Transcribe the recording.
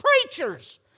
preachers